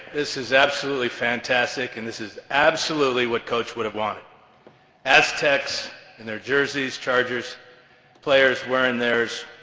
this is absolutely fantastic, and this is absolutely what coach would have wanted aztecs in their jerseys, chargers players wearing theirs.